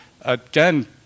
Again